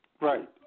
Right